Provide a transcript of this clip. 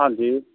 ਹਾਂਜੀ